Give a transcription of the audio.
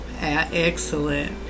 excellent